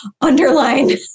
underline